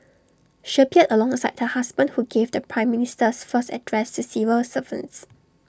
she appeared alongside her husband who gave the prime Minister's first address to civil servants